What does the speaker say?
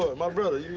ah my brother.